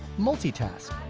multi-task,